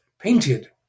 painted